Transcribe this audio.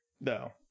No